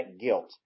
guilt